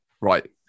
Right